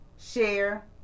share